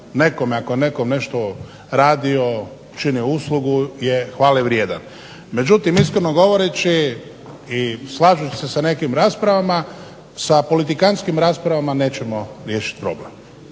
nekome ako je nekom nešto radio, učinio uslugu je hvalevrijedan. Međutim, iskreno govoreći i slažući se sa nekim raspravama, sa politikantskim raspravama nećemo riješit problem